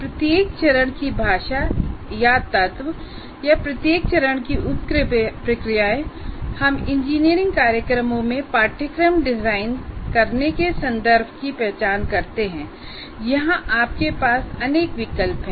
प्रत्येक चरण की भाषा या तत्व या प्रत्येक चरण की उप प्रक्रियाएं हम इंजीनियरिंग कार्यक्रमों में पाठ्यक्रम डिजाइन करने के संदर्भ की पहचान करते हैं यहां आपके पास अनेक विकल्प है